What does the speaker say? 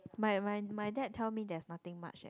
my my my dad tell me there's nothing much eh